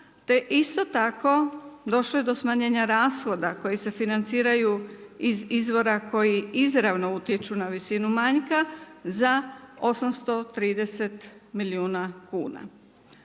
isto tako došlo je do smanjenja rashoda koji se financiraju iz izvora koji izravno utječu na visinu manjka za 830 milijuna kuna.